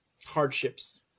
Hardships